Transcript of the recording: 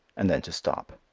and then to stop.